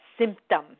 symptom